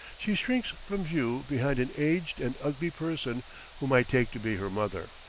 she shrinks from view behind an aged and ugly person whom i take to be her mother.